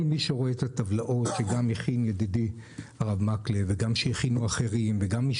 כל מי שרואה את הטבלאות שגם הכין ידידי הרב מקלב וגם שהכינו אחרים ומי